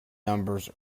numbers